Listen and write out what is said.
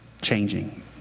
changing